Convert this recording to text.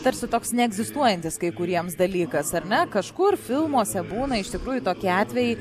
tarsi toks neegzistuojantis kai kuriems dalykas ar ne kažkur filmuose būna iš tikrųjų tokie atvejai